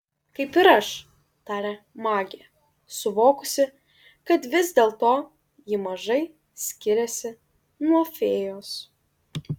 kaip ir aš tarė magė suvokusi kad vis dėlto ji mažai skiriasi nuo fėjos